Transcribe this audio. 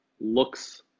looks